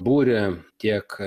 buria tiek